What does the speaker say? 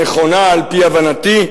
הנכונה על-פי הבנתי,